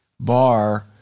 bar